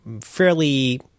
fairly